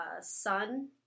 son